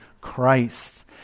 Christ